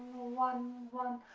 one, one,